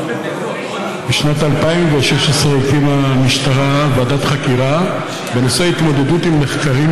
בשנת 2016 הקימה המשטרה ועדת חקירה בנושא התמודדות עם נחקרים